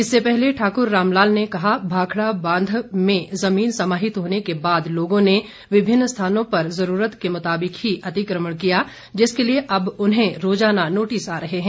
इससे पहले ठाकुर रामलाल ने कहा भाखड़ा बांध में जमीन समाहित होने के बाद लोगों ने विभिन्न स्थानों पर जरूरत के मुताबिक ही अतिक्रमण किया जिसके लिए अब उन्हें रोजाना नोटिस आ रहे हैं